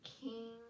King